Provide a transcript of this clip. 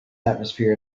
atmosphere